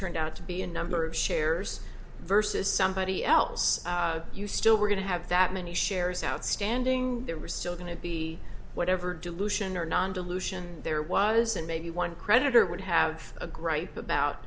turned out to be a number of shares versus somebody else you still were going to have that many shares outstanding there were still going to be whatever dilution or non dilution there was and maybe one creditor would have a gripe about